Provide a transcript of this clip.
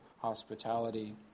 hospitality